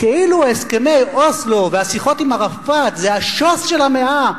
כאילו הסכמי אוסלו והשיחות עם ערפאת זה השוס של המאה,